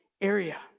area